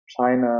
China